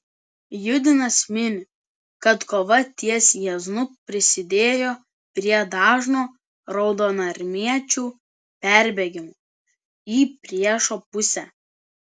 judinas mini kad kova ties jieznu prisidėjo prie dažno raudonarmiečių perbėgimo į priešo pusę